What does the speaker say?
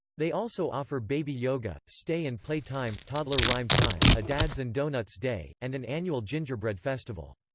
they also offer baby yoga, stay and play time, toddler rhyme time, a dads and donuts day, and an annual gingerbread festival.